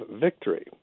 victory